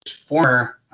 former